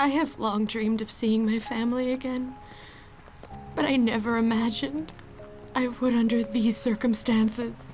her long dreamed of seeing her family again but i never imagined i would under these circumstances